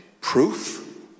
proof